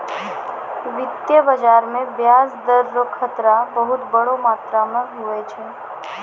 वित्तीय बाजार मे ब्याज दर रो खतरा बहुत बड़ो मात्रा मे हुवै छै